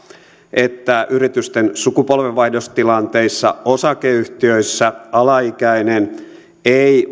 että yritysten sukupolvenvaihdostilanteissa osakeyhtiöissä alaikäinen ei